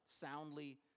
soundly